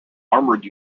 armoured